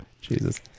Jesus